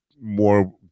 more